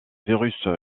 virus